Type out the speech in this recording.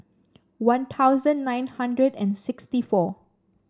One Thousand nine hundred and sixty four